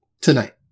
tonight